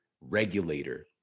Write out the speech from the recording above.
regulator